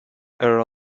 era